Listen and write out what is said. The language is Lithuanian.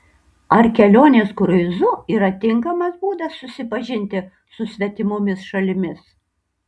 ar kelionės kruizu yra tinkamas būdas susipažinti su svetimomis šalimis